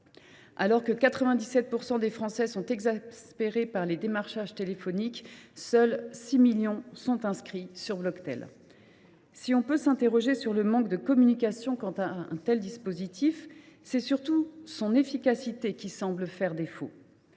alors que 97 % des Français sont exaspérés par les démarchages téléphoniques, seulement six millions de nos concitoyens sont inscrits sur Bloctel. Si l’on peut s’interroger sur le manque de communication sur ce dispositif, c’est surtout son efficacité qui semble faire défaut.